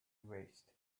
waste